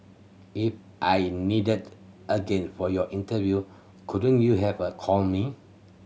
if I'm needed again for your interview couldn't you have a called me